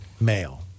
male